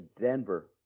Denver